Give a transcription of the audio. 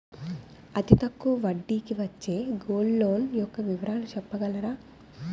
అతి తక్కువ వడ్డీ కి వచ్చే గోల్డ్ లోన్ యెక్క వివరాలు చెప్పగలరా?